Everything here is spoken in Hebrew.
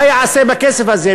מה ייעשה בכסף הזה?